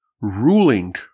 ruling